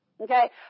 Okay